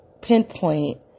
pinpoint